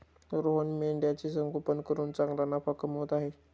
रोहन मेंढ्यांचे संगोपन करून चांगला नफा कमवत आहे